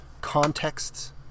contexts